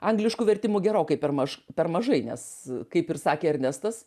angliškų vertimų gerokai per maž per mažai nes kaip ir sakė ernestas